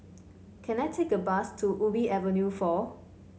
can I take a bus to Ubi Avenue four